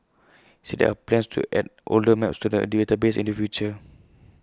said there are plans to add older maps to the A database in the future